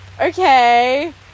okay